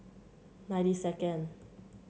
ninety second